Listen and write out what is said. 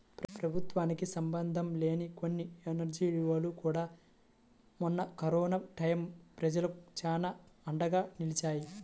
ప్రభుత్వానికి సంబంధం లేని కొన్ని ఎన్జీవోలు కూడా మొన్న కరోనా టైయ్యం ప్రజలకు చానా అండగా నిలిచాయి